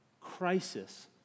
crisis